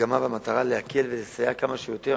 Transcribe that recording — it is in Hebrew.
המגמה והמטרה הן להקל ולסייע כמה שיותר,